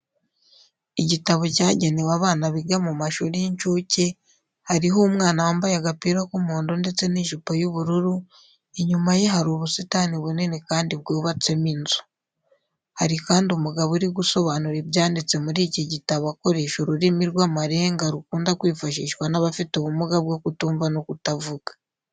Igitabo cyagenewe abana biga mu mashuri y'incuke, hariho umwana wambaye agapira k'umuhondo ndetse n'ijipo y'ubururu, inyuma ye hari ubusitani bunini kandi bwubatsemo inzu. Hari kandi umugabo uri gusobanura ibyanditse muri iki gitabo akoresha ururimi rw'amarenga rukunda kwifashishwa n'abafite ubumuga bwo kutumva no ku kutavuga.